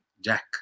Jack